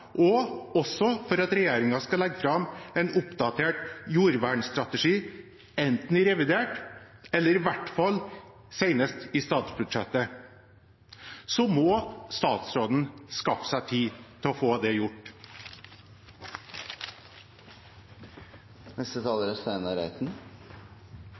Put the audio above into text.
og for at regjeringen skal legge fram en oppdatert jordvernstrategi, enten i revidert eller i hvert fall senest i statsbudsjettet. Statsråden må skaffe seg tid til å få det gjort.